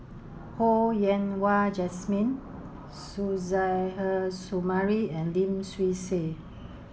Ho Yen Wah Jesmine Suzairhe Sumari and Lim Swee Say